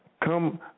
come